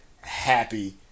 happy